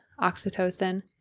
oxytocin